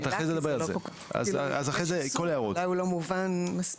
כי זה לא , יש איסור אולי הוא לא מובן מספיק.